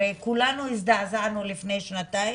הרי כולנו הזדעזענו לפני שנתיים,